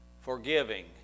forgiving